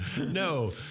No